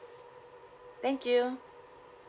thank you